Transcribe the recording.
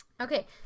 Okay